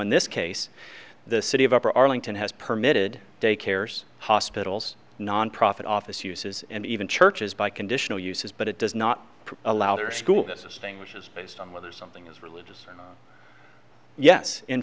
in this case the city of upper arlington has permitted daycares hospitals nonprofit office uses and even churches biconditional uses but it does not allow their school this thing which is based on whether something is religious yes in